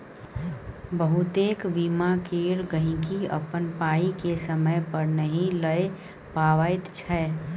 बहुतेक बीमा केर गहिंकी अपन पाइ केँ समय पर नहि लए पबैत छै